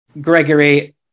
Gregory